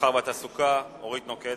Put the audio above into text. התעסוקה והמסחר אורית נוקד.